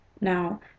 Now